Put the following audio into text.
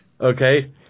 Okay